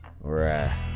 Right